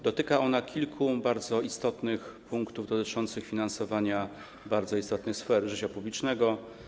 Dotyka ona kilku bardzo istotnych punktów dotyczących finansowania bardzo istotnych sfer życia publicznego.